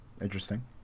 interesting